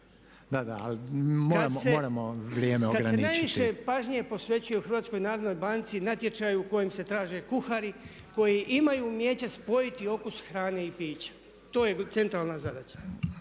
Da, da, ali moramo, moramo vrijeme ograničiti. **Marić, Goran (HDZ)** Kada se najviše pažnje posvećuje u HNB-u natječaju u kojoj se traže kuhari koji imaju umijeće spojiti okus hrane i pića. To je centralna zadaća.